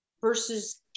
versus